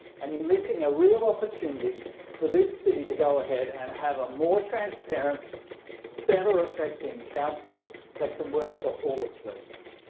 and you're missing a real opportunity for this city to go ahead and have a more transparent better effecting council that can work for all its residents.